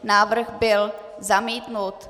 Návrh byl zamítnut.